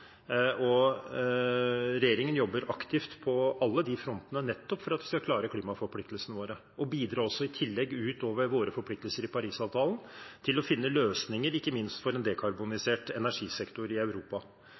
Regjeringen jobber aktivt på alle de frontene, nettopp for at vi skal klare klimaforpliktelsene våre – og i tillegg bidra utover våre forpliktelser i Parisavtalen til å finne løsninger, ikke minst for en dekarbonisert energisektor i Europa.